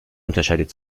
unterscheidet